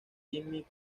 jimmy